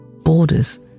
borders